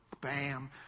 bam